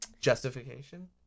justification